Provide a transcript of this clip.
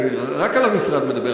אני רק על המשרד מדבר.